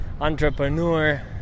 entrepreneur